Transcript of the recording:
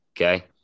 Okay